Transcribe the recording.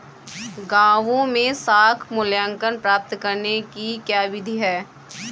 गाँवों में साख मूल्यांकन प्राप्त करने की क्या विधि है?